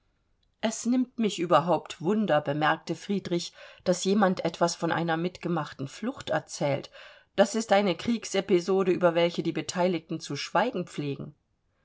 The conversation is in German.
es nimmt mich überhaupt wunder bemerkte friedrich daß jemand etwas von einer mitgemachten flucht erzählt das ist eine kriegsepisode über welche die beteiligten zu schweigen pflegen